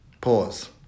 Pause